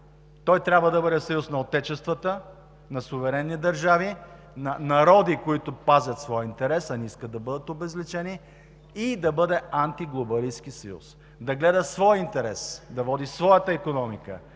Той трябва да бъде съюз на отечества, на суверенни държави, на народи, които пазят своя интерес, а не искат да бъдат обезличени. Да бъде антиглобалистки съюз, да гледа своя интерес, да води своята икономика,